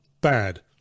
bad